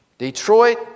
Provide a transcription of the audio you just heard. Detroit